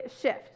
shift